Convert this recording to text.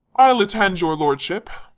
i'll attend your lordship.